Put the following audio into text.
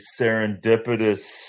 serendipitous